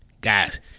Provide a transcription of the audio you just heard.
guys